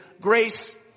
grace